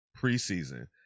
preseason